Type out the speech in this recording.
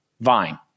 vine